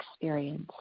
experience